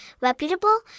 reputable